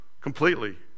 completely